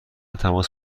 تماس